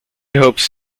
hopes